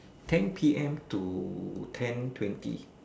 ten P_M to ten twenty